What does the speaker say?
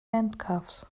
handcuffs